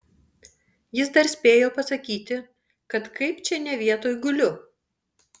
jis dar spėjo pasakyti kad kaip čia ne vietoj guliu